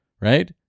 right